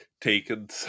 taken